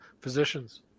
physicians